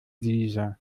dieser